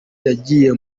yagiye